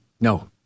No